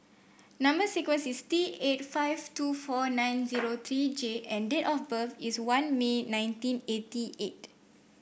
number sequence is T eight five two four nine zero three J and date of birth is one May nineteen eighty eight